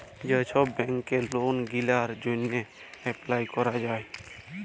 যে ছব ব্যাংকে লল গিলার জ্যনহে এপ্লায় ক্যরা যায়